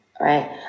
right